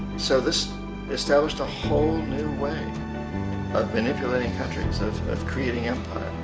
so this established a whole new way of manipulating countries, of creating um